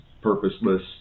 purposeless